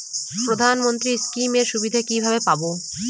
প্রধানমন্ত্রী স্কীম এর সুবিধা কিভাবে পাবো?